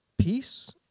peace